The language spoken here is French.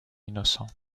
innocents